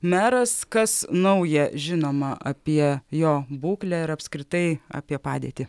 meras kas nauja žinoma apie jo būklę ir apskritai apie padėtį